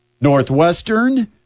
Northwestern